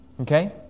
Okay